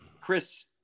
Chris